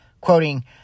Quoting